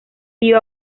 tío